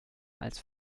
als